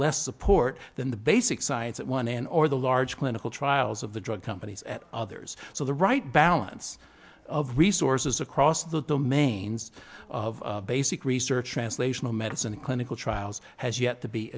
less support than the basic science at one end or the large clinical trials of the drug companies at others so the right balance of resources across the domains of basic research translational medicine and clinical trials has yet to be